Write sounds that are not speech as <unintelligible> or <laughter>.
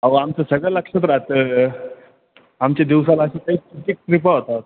अहो आमचं सगळं लक्षात राहतं आमच्या दिवसाला असे <unintelligible> ट्रिपा होतात